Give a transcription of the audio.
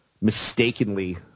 mistakenly